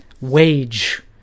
wage